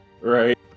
Right